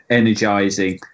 energizing